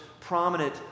prominent